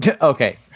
Okay